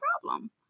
problem